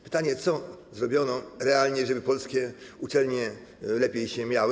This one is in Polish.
Pytanie, co zrobiono realnie, żeby polskie uczelnie lepiej się miały.